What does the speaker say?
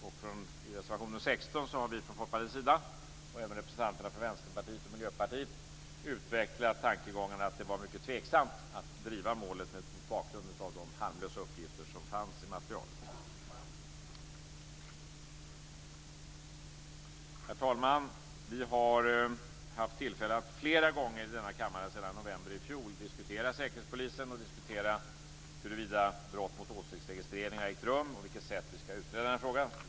I reservation 16 har vi från Folkpartiets sida och även representanter för Vänsterpartiet och Miljöpartiet utvecklat tanken att det var mycket tveksamt att driva målet mot bakgrund av de harmlösa uppgifter som fanns i materialet. Herr talman! Vi har haft tillfälle att flera gånger i denna kammare sedan november i fjol diskutera Säkerhetspolisen och diskutera huruvida brott mot åsiktsregistrering ägt rum och på vilket sätt vi skulle reda ut frågan.